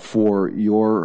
for your